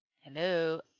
Hello